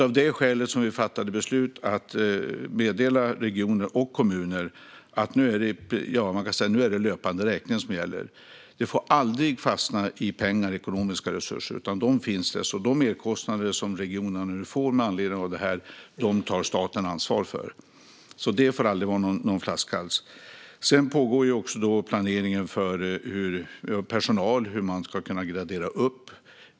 Av det skälet fattade vi beslut om att meddela regioner och kommuner att det nu är löpande räkning som gäller. Detta får aldrig fastna i pengar och ekonomiska resurser. De merkostnader som regionerna får med anledning av detta tar staten ansvar för. Det här får aldrig vara någon flaskhals. Det pågår också planering för hur man ska kunna gradera upp personal.